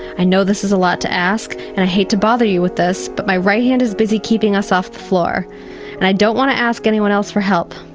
i know this is a lot to ask and i hate to bother you with this, but my right hand is busy keeping us off the floor and i don't want to ask anyone else for help,